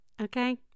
okay